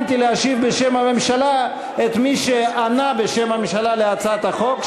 הזמנתי להשיב בשם הממשלה את מי שענה בשם הממשלה על הצעת החוק.